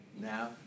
now